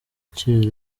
cyera